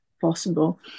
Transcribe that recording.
possible